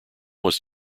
was